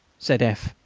said f.